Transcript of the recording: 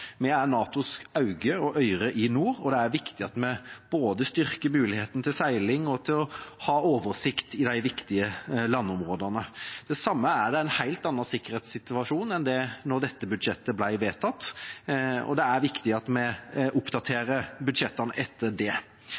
Vi er NATOs øyne og ører i nord, og det er viktig at vi styrker muligheten både til seiling og til å ha oversikt over de viktige landområdene. Til sammen er det en helt annen sikkerhetssituasjon enn da dette budsjettet ble vedtatt, og det er viktig at vi oppdaterer budsjettene etter det.